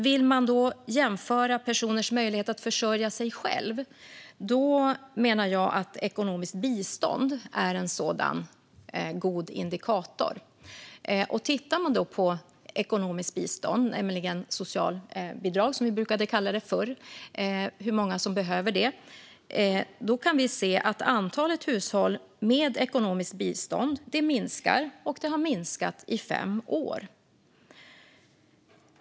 Vill man jämföra personers möjlighet att försörja sig själva menar jag att ekonomiskt bistånd är en god indikator. Om vi tittar på hur många som behöver ekonomiskt bistånd, alltså socialbidrag som vi brukade kalla det förr, kan vi se att antalet hushåll med ekonomiskt bistånd minskar, och det har minskat i fem år.